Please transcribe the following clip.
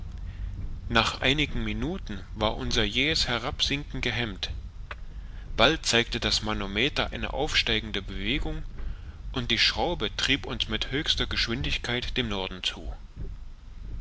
nach einigen minuten war unser jähes hinabsinken gehemmt bald zeigte das manometer eine aufsteigende bewegung und die schraube trieb uns mit höchster geschwindigkeit dem norden zu